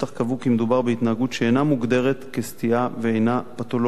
קבעו כי מדובר בהתנהגות שאינה מוגדרת כסטייה ואינה פתולוגית.